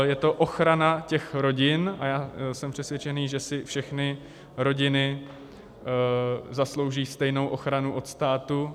Je to ochrana těch rodin a já jsem přesvědčený, že si všechny rodiny zaslouží stejnou ochranu od státu.